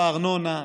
בארנונה,